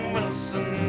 Wilson